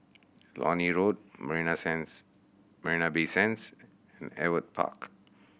Lornie Road Marina Sands Marina Bay Sands and Ewart Park